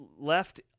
left